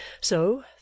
So